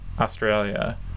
Australia